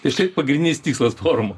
ir štai pagrindinis tikslas forumo